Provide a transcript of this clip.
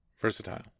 Versatile